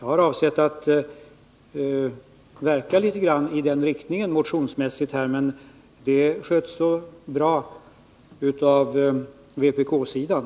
Jag har också avsett att här verka litet i den riktningen motionsmässigt. Men det sköts så bra av företrädarna för vpk-sidan.